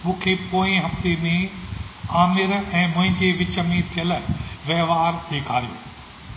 मूंखे पोएं हफ़्ते में आमिर ऐं मुंहिंजे विच में थियल वहिंवार ॾेखारियो